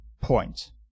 point